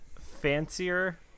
fancier